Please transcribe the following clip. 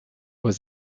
aux